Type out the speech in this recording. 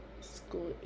school